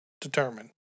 determine